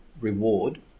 reward